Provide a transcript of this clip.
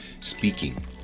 speaking